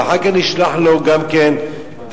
ואחר כך נשלח לו גם כן תעריף,